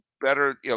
better